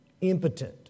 impotent